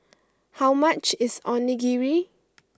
how much is Onigiri